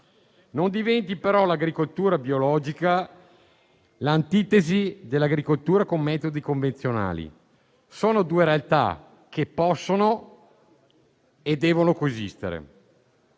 Non diventi, però, l'agricoltura biologica, l'antitesi dell'agricoltura con metodi convenzionali: sono due realtà che possono e devono coesistere.